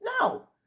no